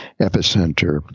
epicenter